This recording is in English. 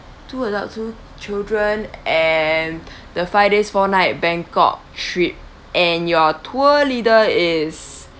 two adults two children and the five days four night bangkok trip and your tour leader is